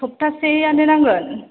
सबथासेयानो नांगोन